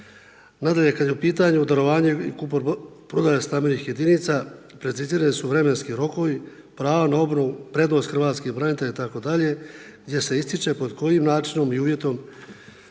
Nadalje, kad je u pitanju darovanje i kupoprodaja stambenih jedinica precizirani su vremenski rokovi, prava na obnovu, prednost hrvatskih branitelja itd. gdje se ističe pod kojim načinom i uvjetom